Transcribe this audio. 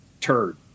turd